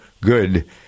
good